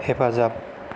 हेफाजाब